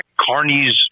Carney's